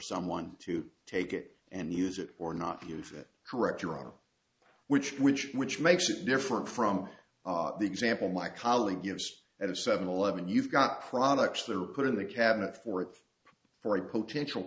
someone to take it and use it or not use that correct euro which which which makes it different from the example my colleague gives at a seven eleven you've got products that are put in the cabinet fourth for a potential